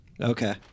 okay